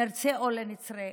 נרצה או לא נרצה,